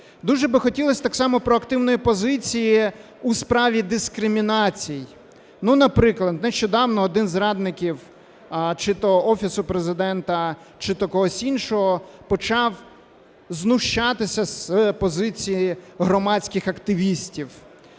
Дуже би хотілось так само проактивної позиції у справі дискримінацій. Ну, наприклад, нещодавно один з радників чи то Офісу Президента, чи то когось іншого почав знущатися з позиції громадських активістів.